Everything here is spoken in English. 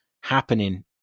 happening